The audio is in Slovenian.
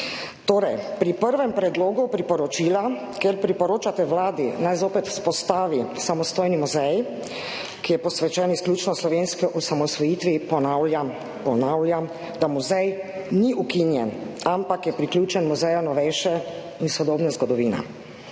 Torej, pri prvem predlogu priporočila, kjer priporočate Vladi, naj zopet vzpostavi samostojni muzej, ki je posvečen izključno slovenski osamosvojitvi, ponavljam, ponavljam, da muzej ni ukinjen, ampak je priključen Muzeju novejše in sodobne zgodovine.